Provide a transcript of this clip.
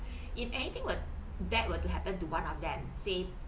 if anything were bad were to happen to one of them say